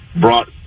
brought